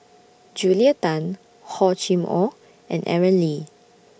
Julia Tan Hor Chim Or and Aaron Lee